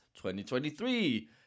2023